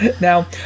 Now